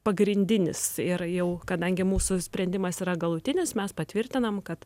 pagrindinis ir jau kadangi mūsų sprendimas yra galutinis mes patvirtinam kad